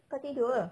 kau tidur ke